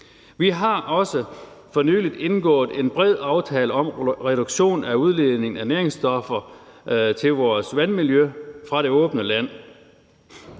Vi har også for nylig indgået en bred aftale om reduktion af udledning af næringsstoffer til vores vandmiljø fra det åbne land.